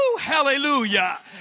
hallelujah